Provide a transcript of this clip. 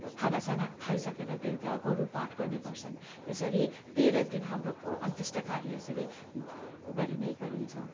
खाना साना खाइसकेर बेलुका गरुढ पाठ गर्ने गर्छन् यसरी तेह्र दिन हाम्रो अन्त्येष्टि कार्य यसरी गरिने गरिन्छ